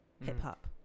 hip-hop